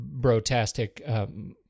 brotastic